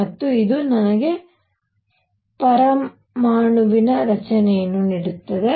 ಮತ್ತು ಇದು ನನಗೆ ಪರಮಾಣುವಿನ ರಚನೆಯನ್ನು ನೀಡುತ್ತದೆ